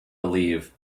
believe